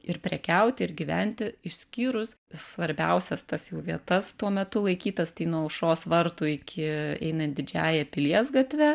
ir prekiauti ir gyventi išskyrus svarbiausias tas jau vietas tuo metu laikytas tai nuo aušros vartų iki einant didžiąja pilies gatve